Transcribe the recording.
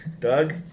Doug